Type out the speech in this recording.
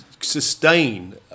sustain